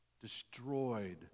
destroyed